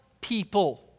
people